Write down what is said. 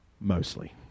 mostly